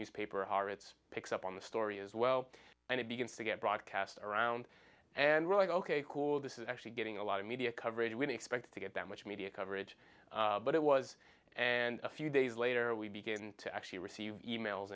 newspaper haaretz picks up on the story as well and it begins to get broadcast around and we're like ok cool this is actually getting a lot of media coverage when expect to get that much media coverage but it was and a few days later we begin to actually receive e mails